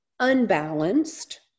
unbalanced